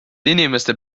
inimese